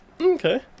Okay